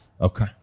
Okay